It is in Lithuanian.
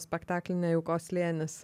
spektaklį nejaukos slėnis